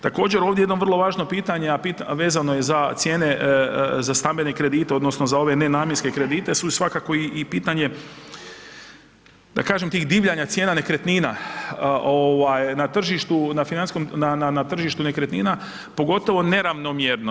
Također ovdje jedno vrlo važno pitanje, a vezano je za cijene za stambene kredite odnosno za ove nenamjenske kredite su svakako i pitanje da kažem tih divljanja cijena nekretnina na tržištu nekretnina, pogotovo neravnomjerno.